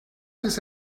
this